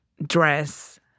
Dress